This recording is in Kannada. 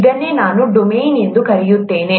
ಇದನ್ನೇ ನಾನು ಡೊಮೇನ್ ಎಂದು ಕರೆಯುತ್ತೇನೆ